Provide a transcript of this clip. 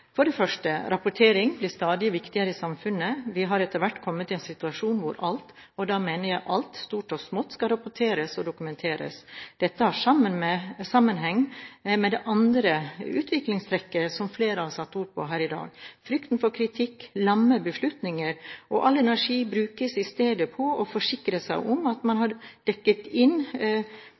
For det første blir rapportering stadig viktigere i samfunnet. Vi har etter hvert kommet i en situasjon hvor alt – og da mener jeg alt, stort og smått – skal rapporteres og dokumenteres. Dette har sammenheng med det andre utviklingstrekket som flere har satt ord på her i dag: Frykten for kritikk lammer beslutninger, og all energi brukes i stedet på å forsikre seg om at man har dekket seg inn